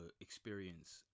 experience